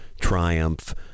triumph